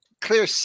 clear